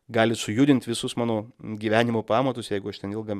gali sujudint visus mano gyvenimo pamatus jeigu aš ten ilgą